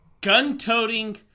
gun-toting